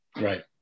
right